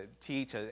teach